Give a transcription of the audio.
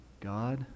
God